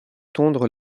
tondre